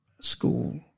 school